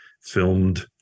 filmed